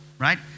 Right